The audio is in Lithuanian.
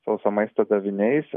sauso maisto daviniais